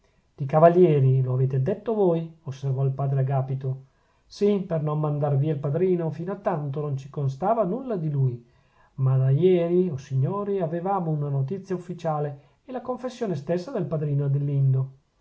di cavalieri lo avete detto voi osservò il padre agapito sì per non mandar via il padrino fino a tanto non ci constava nulla di lui ma da ieri o signori avevamo una notizia ufficiale e la confessione stessa del padrino adelindo